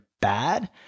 bad